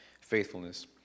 faithfulness